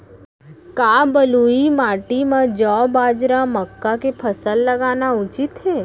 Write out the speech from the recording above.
का बलुई माटी म जौ, बाजरा, मक्का के फसल लगाना उचित हे?